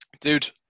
dude